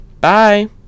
Bye